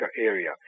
area